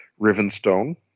Rivenstone